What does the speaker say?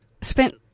spent